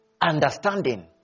understanding